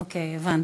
אוקיי, הבנתי.